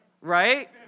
right